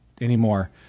anymore